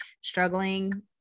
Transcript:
struggling